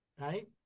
right